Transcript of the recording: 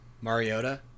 Mariota